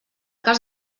cas